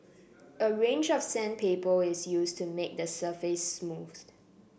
a range of sandpaper is used to make the surface smooth